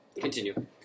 continue